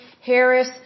Harris